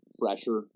fresher